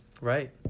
Right